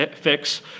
fix